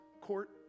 court